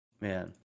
Man